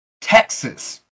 Texas